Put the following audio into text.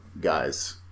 guys